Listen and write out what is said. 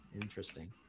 Interesting